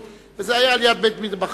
או היה נדמה למישהו שהוא נשך אותו,